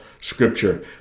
scripture